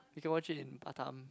you can watch it in Batam